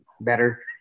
better